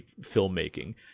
filmmaking